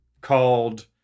called